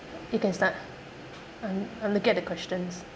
you can start I'm I'm looking at the questions